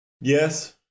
Yes